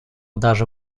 даже